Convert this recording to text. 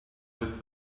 with